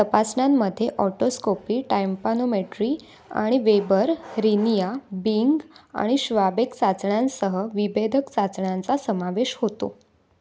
तपासण्यांमध्ये otoscopy tympanometry आणि Weber Rinne Bing आणि Schwabach चाचण्यांसह विबेदक चाचण्यांचा समावेश होतो